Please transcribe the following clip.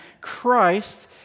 Christ